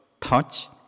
touch